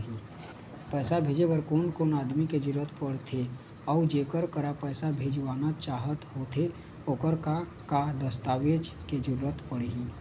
पैसा भेजे बार कोन कोन आदमी के जरूरत पड़ते अऊ जेकर करा पैसा भेजवाना चाहत होथे ओकर का का दस्तावेज के जरूरत पड़ही?